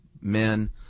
men